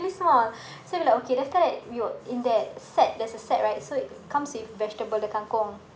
small so we like okay we were in that set there's a set right so it's comes with vegetable the kangkong